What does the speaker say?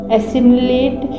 Assimilate